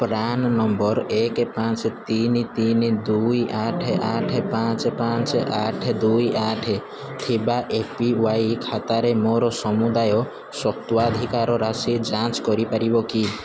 PRAN number ଏକ ପାଞ୍ଚ ତିନି ତିନି ଦୁଇ ଆଠ ଆଠ ପାଞ୍ଚ ପାଞ୍ଚ ଆଠ ଦୁଇ ଆଠ ଥିବା ଏ ପି ୱାଇ ଖାତାରେ ମୋର ସମୁଦାୟ ସ୍ୱତ୍ୱାଧିକାର ରାଶି ଯାଞ୍ଚ କରିପାରିବ କି